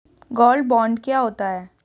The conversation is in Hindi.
गोल्ड बॉन्ड क्या होता है?